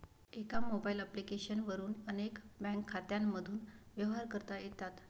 एका mobile application वरून अनेक बँक खात्यांमधून व्यवहार करता येतात